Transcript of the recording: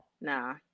nah